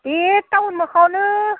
A town माखायावनो